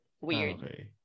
weird